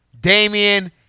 Damian